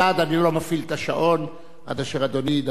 אני לא מפעיל את השעון עד אשר אדוני ידבר